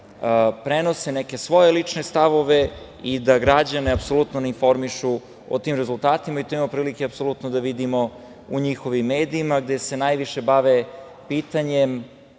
prenose neke svoje lične stavove i da građane apsolutno ne informišu o tim rezultatima, i to imamo prilike apsolutno da vidimo u njihovim medijima gde se najviše bave pitanjem